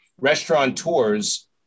restaurateurs